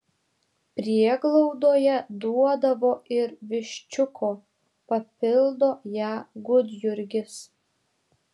prieglaudoje duodavo ir viščiuko papildo ją gudjurgis